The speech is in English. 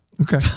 Okay